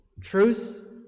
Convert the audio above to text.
Truth